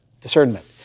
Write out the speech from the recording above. discernment